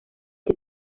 que